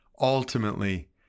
ultimately